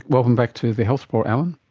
welcome back to the health report, alan.